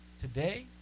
today